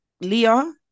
Leah